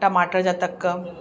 टमाटर जा तक